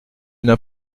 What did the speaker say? n’as